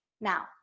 Now